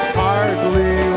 hardly